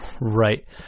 Right